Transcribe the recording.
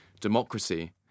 democracy